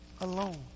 alone